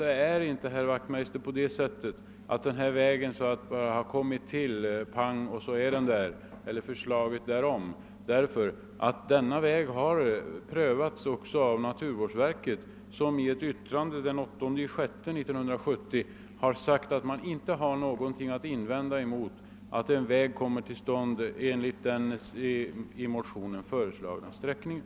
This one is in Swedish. Detta vägförslag har naturligtvis inte kommit till på en gång, herr Wachtmeister, utan det har prövats också av naturvårdsverket, som i ett yttrande den 8 juni i år har sagt att det inte har någonting att invända mot att en väg kommer till stånd enligt den i vårt motionspar föreslagna sträckningen.